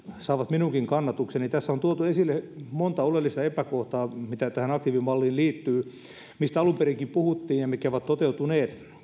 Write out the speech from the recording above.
saavat minunkin kannatukseni tässä on tuotu esille monta oleellista epäkohtaa mitä tähän aktiivimalliin liittyy mistä alun perinkin puhuttiin ja mitkä ovat toteutuneet